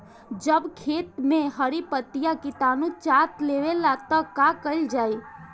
जब खेत मे हरी पतीया किटानु चाट लेवेला तऽ का कईल जाई?